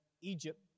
Egypt